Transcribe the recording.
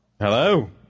Hello